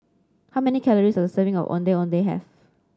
how many calories does a serving of Ondeh Ondeh have